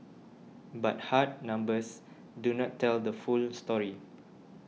but hard numbers do not tell the full story